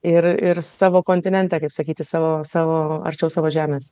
ir ir savo kontinente kaip sakyti savo savo arčiau savo žemės